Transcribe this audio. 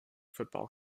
football